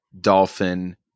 dolphin